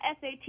SAT